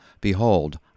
Behold